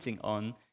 on